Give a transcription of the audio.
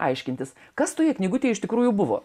aiškintis kas toje knygutėj iš tikrųjų buvo